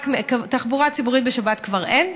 תחבורה ציבורית בשבת כבר אין,